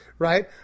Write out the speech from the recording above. Right